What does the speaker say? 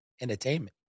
Entertainment